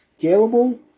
scalable